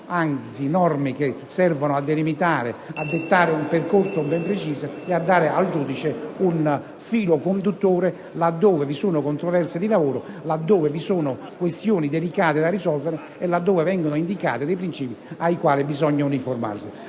di norme che servono a delimitare e a dettare un percorso ben preciso, dando al giudice un filo conduttore laddove vi sono controversie di lavoro, questioni delicate da risolvere e laddove vengono indicati alcuni principi ai quali bisogna uniformarsi.